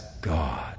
God